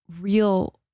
real